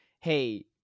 Hey